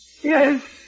Yes